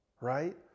right